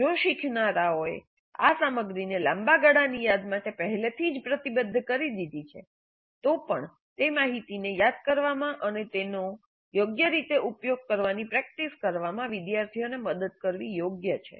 જો શીખનારાઓએ આ સામગ્રીને લાંબા ગાળાની યાદ માટે પહેલેથી જ પ્રતિબદ્ધ કરી દીધી છે તો પણ તે માહિતીને યાદ કરવામાં અને તેનો યોગ્ય રીતે ઉપયોગ કરવાની પ્રેક્ટિસ કરવામાં વિદ્યાર્થીઓને મદદ કરવી યોગ્ય છે